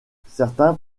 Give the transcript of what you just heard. certains